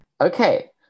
okay